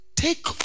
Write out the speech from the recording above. Take